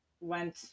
went